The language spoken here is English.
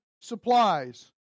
supplies